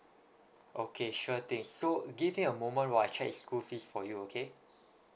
okay sure thing so give me a moment while I check it's school fees for you okay